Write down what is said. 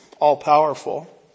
all-powerful